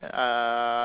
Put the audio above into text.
uh